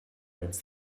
ruins